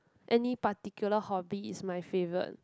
any particular hobby is my favourite